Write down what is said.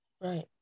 Right